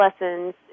lessons